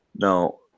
No